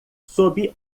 sob